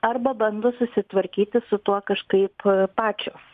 arba bando susitvarkyti su tuo kažkaip pačios